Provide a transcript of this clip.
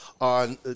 on